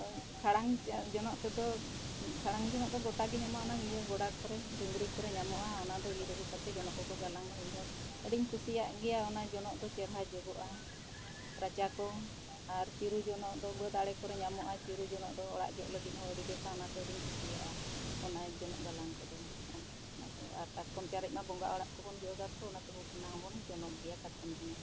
ᱠᱷᱟᱲᱟᱝ ᱡᱚᱱᱚᱜ ᱛᱮᱫᱚ ᱠᱷᱟᱲᱟᱝ ᱡᱚᱱᱚᱜ ᱫᱚ ᱜᱚᱴᱟ ᱜᱮ ᱧᱟᱢᱚᱜᱼᱟ ᱚᱱᱟ ᱤᱭᱟᱹ ᱜᱳᱰᱟ ᱠᱚᱨᱮ ᱰᱩᱝᱨᱤ ᱠᱚᱨᱮ ᱧᱟᱢᱚᱜᱼᱟ ᱚᱱᱟ ᱫᱚ ᱤᱨ ᱟᱹᱜᱩ ᱠᱟᱛᱮᱫ ᱡᱚᱱᱚᱜ ᱠᱚᱠᱚ ᱜᱟᱞᱟᱝᱼᱟ ᱤᱧ ᱦᱚᱸ ᱟᱹᱰᱤᱧ ᱠᱩᱥᱤᱭᱟᱜ ᱜᱮᱭᱟ ᱚᱱᱟ ᱡᱚᱱᱚᱜ ᱫᱚ ᱪᱮᱨᱦᱟ ᱡᱚᱜᱚᱜᱼᱟ ᱨᱟᱪᱟ ᱠᱚ ᱟᱨ ᱪᱤᱨᱩ ᱡᱚᱱᱚᱜ ᱫᱚ ᱵᱟᱹᱫ ᱟᱲᱮ ᱠᱚᱨᱮ ᱧᱟᱢᱚᱜᱼᱟ ᱪᱤᱨᱩ ᱡᱚᱱᱚᱜ ᱫᱚ ᱚᱲᱟᱜ ᱡᱚᱜ ᱞᱟᱹᱜᱤᱫ ᱦᱚᱸ ᱟᱹᱰᱤ ᱵᱮᱥᱟ ᱚᱱᱟᱛᱮ ᱟᱹᱰᱤᱧ ᱠᱩᱥᱤᱭᱟᱜᱼᱟ ᱚᱱᱟ ᱡᱚᱱᱚᱜ ᱜᱟᱞᱟᱝ ᱠᱚᱫᱚ ᱚᱱᱟ ᱫᱚ ᱟᱨ ᱠᱟᱴᱠᱚᱢ ᱪᱟᱨᱮᱡ ᱢᱟ ᱵᱚᱸᱜᱟ ᱚᱲᱟᱜ ᱠᱚᱵᱚᱱ ᱡᱚᱜᱟ ᱛᱚ ᱚᱱᱟᱛᱮ ᱚᱱᱟ ᱦᱚᱸᱵᱚᱱ ᱡᱚᱱᱚᱜ ᱜᱮᱭᱟ ᱠᱟᱴᱠᱚᱢ ᱡᱚᱱᱚᱜ ᱦᱚᱸ